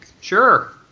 Sure